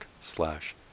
slash